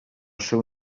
seu